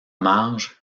marge